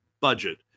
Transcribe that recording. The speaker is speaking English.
budget